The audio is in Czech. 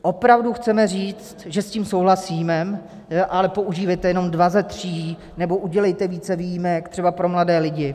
Opravdu chceme říct, že s tím souhlasíme: ale používejte jenom dva ze tří nebo udělejte více výjimek, třeba pro mladé lidi.